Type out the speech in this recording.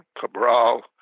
Cabral